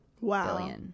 Wow